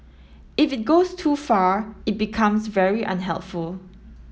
if it goes too far it becomes very unhelpful